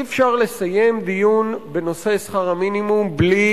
אי-אפשר לסיים דיון בנושא שכר המינימום בלי